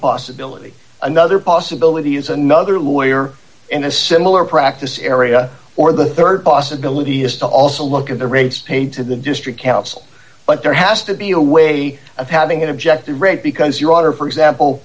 possibility another possibility is another lawyer in a similar practice area or the rd possibility is to also look at the rates paid to the district council but there has to be a way of having an objective rate because your daughter for example